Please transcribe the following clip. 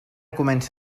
comença